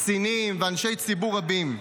קצינים ואנשי ציבור רבים.